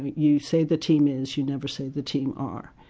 you say! the team is, you never say! the team are.